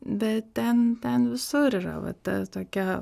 bet ten ten visur yra va ta tokia